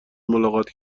ملاقات